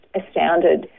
astounded